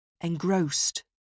Engrossed